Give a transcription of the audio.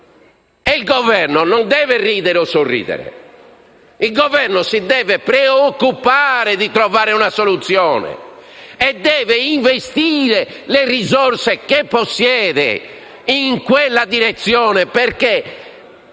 Il Governo non deve ridere o sorridere. Il Governo si deve preoccupare di trovare una soluzione e deve investire le risorse che possiede in quella direzione, perché